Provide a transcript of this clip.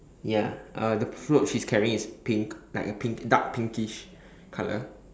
ya are the float she's carrying is pink like a pink dark pinkish colour